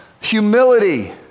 humility